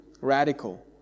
radical